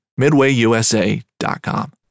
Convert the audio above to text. MidwayUSA.com